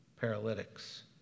Paralytics